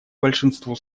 большинству